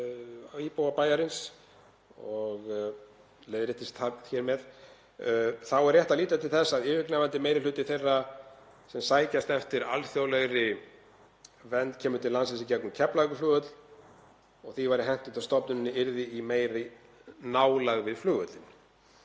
íbúum bæjarins og leiðréttist það hér með. Þá er rétt að líta til þess að yfirgnæfandi meiri hluti þeirra sem sækjast eftir alþjóðlegri vernd kemur til landsins í gegnum Keflavíkurflugvöll og því er væri hentugt að stofnunin væri í meiri nálægð við flugvöllinn.